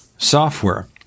software